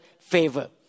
favor